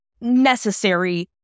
necessary